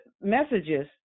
messages